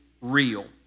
real